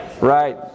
Right